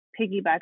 piggyback